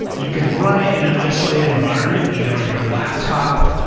you can run it in an isolated environment, either on your laptop,